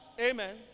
amen